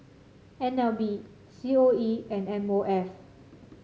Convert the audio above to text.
N L B C O E and M O F